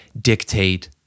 dictate